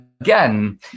again